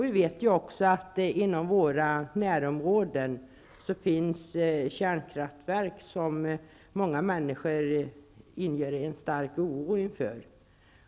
I våra närområden finns det ju kärnkraftverk som många människor känner stark oro för.